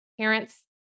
parents